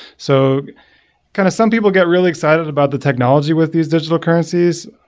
so kind of some people get really excited about the technology with these digital currencies.